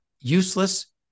useless